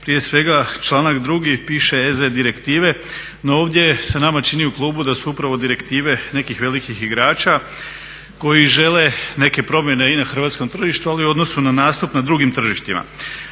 prije svega članak 2.piše EZ direktive, no ovdje se nama čini u klubu da su upravo direktive nekih velikih igrača koji žele neke promjene i na hrvatskom tržištu ali i u odnosu na nastup na drugim tržištima.